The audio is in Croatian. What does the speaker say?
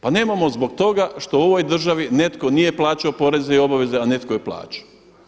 Pa nemamo zbog toga što u ovoj državi netko nije plaćao porez i obaveze a netko je plaćao.